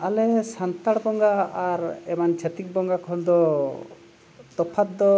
ᱟᱞᱮ ᱥᱟᱱᱛᱟᱲ ᱵᱚᱸᱜᱟ ᱟᱨ ᱮᱢᱟᱱ ᱪᱷᱟᱹᱛᱤᱠ ᱵᱚᱸᱜᱟ ᱠᱷᱚᱱ ᱫᱚ ᱛᱚᱯᱷᱟᱛ ᱫᱚ